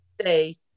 stay